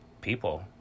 people